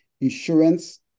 insurance